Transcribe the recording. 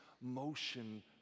motion